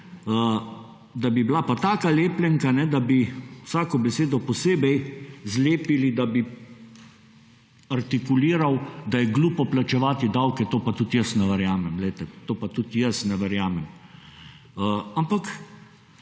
da bi bila pa taka lepljenka, da bi vsako besedo posebej zlepili, da bi artiluliral, da je glupo plačevati davke, to pa tudi jaz ne verjamem,